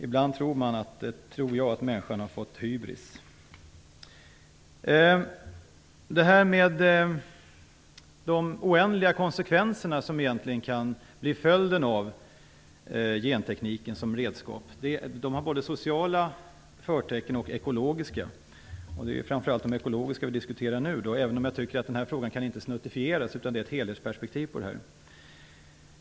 Ibland tror jag att människan har fått hybris. De oändliga konsekvenser som kan bli följden av gentekniken som redskap har både sociala och ekologiska förtecken. Det är framför allt de ekologiska vi diskuterar nu, även om jag tycker att frågan inte kan snuttifieras. Det finns ett helhetsperspektiv.